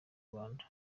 rwanda